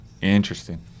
Interesting